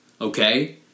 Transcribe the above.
okay